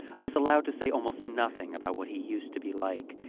i was allowed to say almost nothing about what he used to be like,